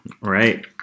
Right